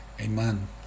amen